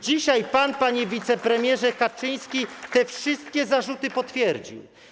Dzisiaj pan, panie wicepremierze Kaczyński, te wszystkie zarzuty potwierdził.